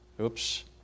Oops